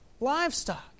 livestock